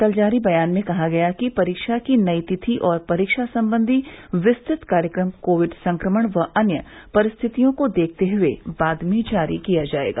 कल जारी बयान में कहा गया कि परीक्षा की नई तिथि और परीक्षा सम्बन्धी विस्तृत कार्यक्रम कोविड संक्रमण व अन्य परिस्थितियों को देखते हुए बाद में जारी किया जाएगा